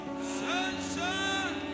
sunshine